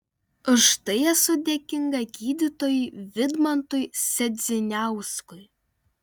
už tai esu dėkinga gydytojui vidmantui sedziniauskui